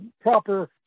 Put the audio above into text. proper